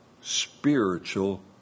spiritual